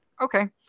Okay